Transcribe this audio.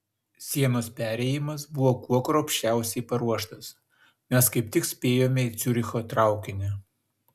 sienos perėjimas buvo kuo kruopščiausiai paruoštas mes kaip tik spėjome į ciuricho traukinį